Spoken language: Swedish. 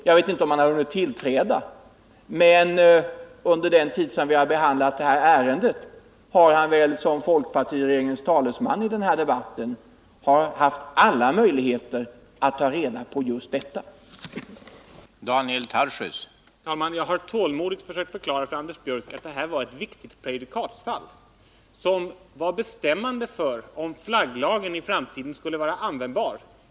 Jag vet inte om han hade hunnit tillträda när beslutet fattades, men under den tid som vi behandlat detta ärende har han väl som folkpartiregeringens talesman i den här debatten haft alla möjligheter att ta reda på hur det förhåller sig.